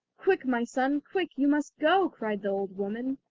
quick, my son, quick, you must go cried the old woman.